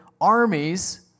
armies